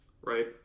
right